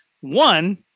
one